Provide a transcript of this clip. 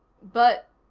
but,